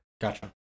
gotcha